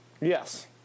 Yes